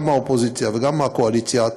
גם מהאופוזיציה וגם מהקואליציה,